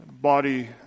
body